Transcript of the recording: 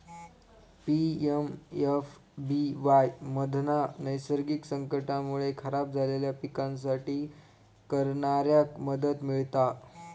PMFBY मधना नैसर्गिक संकटांमुळे खराब झालेल्या पिकांसाठी करणाऱ्याक मदत मिळता